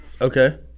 Okay